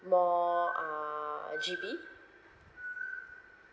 more uh G_B